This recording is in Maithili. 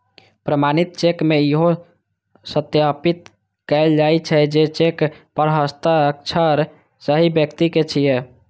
प्रमाणित चेक मे इहो सत्यापित कैल जाइ छै, जे चेक पर हस्ताक्षर सही व्यक्ति के छियै